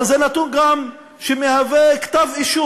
אבל זה נתון שגם מהווה כתב-אישום,